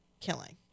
killing